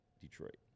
Detroit